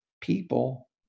people